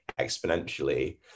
exponentially